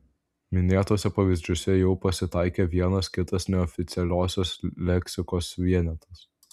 minėtuose pavyzdžiuose jau pasitaikė vienas kitas neoficialiosios leksikos vienetas